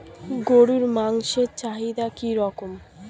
গরুর মাংসের চাহিদা কি রকম?